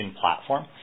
platform